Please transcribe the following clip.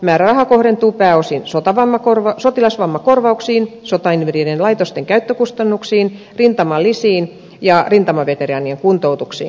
määräraha kohdentuu pääosin sotilasvammakorvauksiin sotainvalidien laitosten käyttökustannuksiin rintamalisiin ja rintamaveteraanien kuntoutuksiin